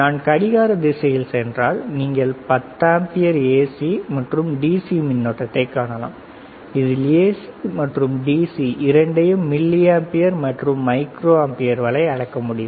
நான் கடிகார திசையில் சென்றால் நீங்கள் 10 ஆம்பியர்ஸ் ஏசி மற்றும் டிசி மின்னோட்டத்தைக் காணலாம் இதில் ஏசி மற்றும் டிசி இரண்டையும் மில்லி ஆம்பியர் மற்றும் மைக்ரோ ஆம்பியர் வரை அளக்க முடியும்